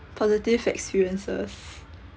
positive experiences